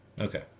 okay